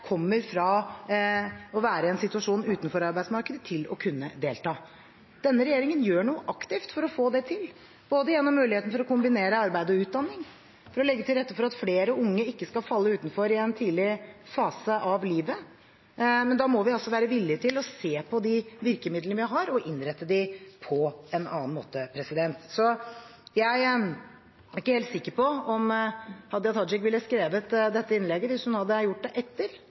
kommer fra å være i en situasjon utenfor arbeidsmarkedet, til å kunne delta. Denne regjeringen gjør noe aktivt for å få det til, gjennom muligheten for å kombinere arbeid og utdanning, for å legge til rette for at flere unge ikke skal falle utenfor i en tidlig fase av livet. Men da må vi være villig til å se på de virkemidlene vi har, og innrette dem på en annen måte. Jeg er ikke helt sikker på om Hadia Tajik ville skrevet dette innlegget hvis hun hadde gjort det etter